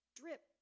drip